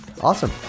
Awesome